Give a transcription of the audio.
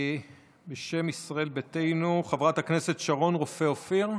בשם ישראל ביתנו, חברת הכנסת שרון רופא אופיר,